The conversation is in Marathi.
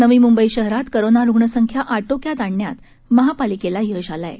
नवी मुंबई शहरात कोरोना रूग्णसंख्या आटोक्यात आणण्यात महापालिकेला यश आले आहे